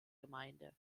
gemeinde